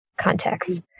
Context